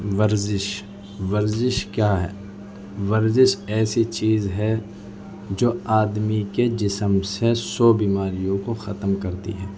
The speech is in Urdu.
ورزش ورزش کیا ہے ورزش ایسی چیز ہے جو آدمی کے جسم سے سو بیماریوں کو ختم کرتی ہے